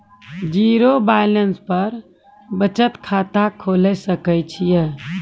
Zero balance पर बचत खाता खोले सकय छियै?